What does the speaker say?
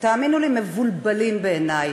תאמינו לי, מבולבלים בעיני,